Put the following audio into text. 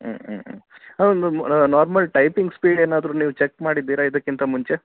ಊಂ ಊಂ ಊಂ ಹೌದು ನಾರ್ಮಲ್ ಟೈಪಿಂಗ್ ಸ್ಪೀಡ್ ಏನಾದರು ನೀವು ಚೆಕ್ ಮಾಡಿದ್ದೀರಾ ಇದಕ್ಕಿಂತ ಮುಂಚೆ